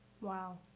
Wow